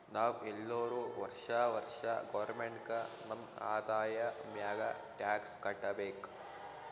ನಾವ್ ಎಲ್ಲೋರು ವರ್ಷಾ ವರ್ಷಾ ಗೌರ್ಮೆಂಟ್ಗ ನಮ್ ಆದಾಯ ಮ್ಯಾಲ ಟ್ಯಾಕ್ಸ್ ಕಟ್ಟಬೇಕ್